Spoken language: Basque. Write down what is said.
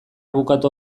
bukatu